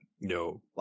No